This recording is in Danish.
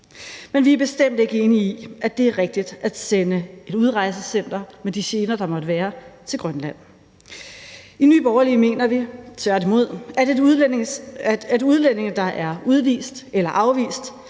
Men vi er bestemt ikke enige i, at det er rigtigt at sende et udrejsecenter – med de gener, der måtte være – til Grønland. I Nye Borgerlige mener vi tværtimod, at udlændinge, der er udvist eller afvist,